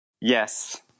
Yes